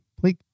please